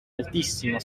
altissimo